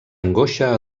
angoixa